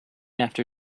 after